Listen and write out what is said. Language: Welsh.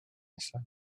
nesaf